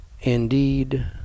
indeed